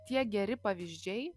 tie geri pavyzdžiai